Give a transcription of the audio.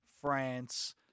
France